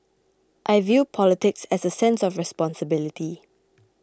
I view politics as a sense of responsibility